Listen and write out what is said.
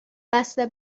بسته